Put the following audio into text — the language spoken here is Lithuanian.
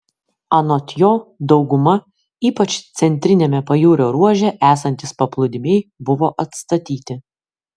anot jo dauguma ypač centriniame pajūrio ruože esantys paplūdimiai buvo atstatyti